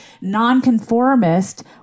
nonconformist